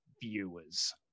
viewers